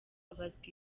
babazwa